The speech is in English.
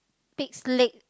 pig's leg